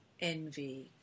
envy